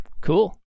Cool